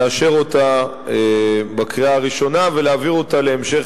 לאשר אותה בקריאה הראשונה ולהעביר אותה להמשך